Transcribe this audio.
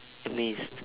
amazed